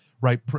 right